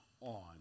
on